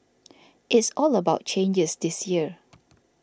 it's all about changes this year